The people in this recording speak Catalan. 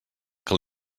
que